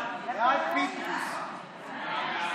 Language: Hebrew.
ההצעה להעביר את הצעת חוק חובת המכרזים (תיקון,